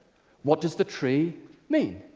what does the tree mean?